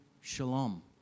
shalom